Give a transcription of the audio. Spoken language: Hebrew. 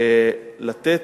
לתת,